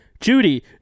Judy